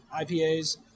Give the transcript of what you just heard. IPAs